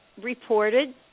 reported